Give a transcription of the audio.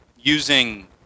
using